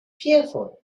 fearful